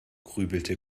grübelte